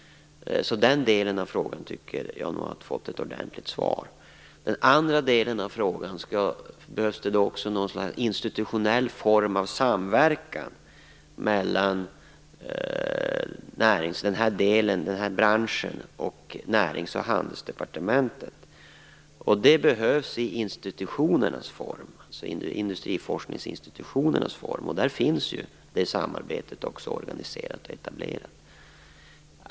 Den delen av frågan har fått ett ordentligt svar. Den andra delen av frågan var om det också behövs något slags institutionell form av samverkan mellan den här branschen och Närings och handelsdepartementet. Det behövs i industriforskningsinstitutionernas form, och där finns det samarbetet organiserat och etablerat.